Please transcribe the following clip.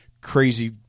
crazy